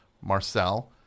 Marcel